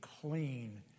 clean